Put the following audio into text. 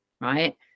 right